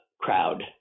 crowd